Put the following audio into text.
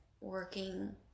working